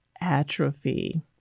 atrophy